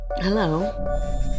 Hello